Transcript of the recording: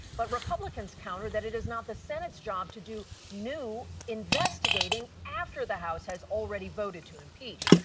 but republicans counter that it is not the senate's job to do new investigating after the house has already voted to impeach.